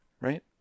right